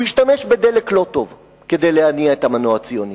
הוא השתמש בדלק לא טוב כדי להניע את המנוע הציוני.